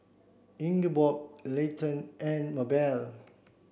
Ingeborg Leighton and Mabelle